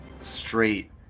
straight